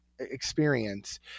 Experience